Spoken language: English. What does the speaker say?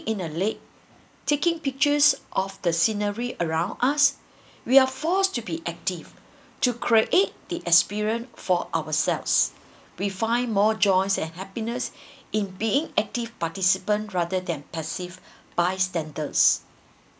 in a lake taking pictures of the scenery around us we are forced to be active to create the experience for ourselves we find more joys and happiness in being active participant rather than passive bystanders